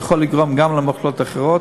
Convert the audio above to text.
יכול לגרום גם למחלות אחרות,